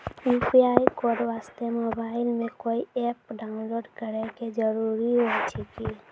UPI code वास्ते mobile मे कोय एप्प डाउनलोड करे के जरूरी होय छै की?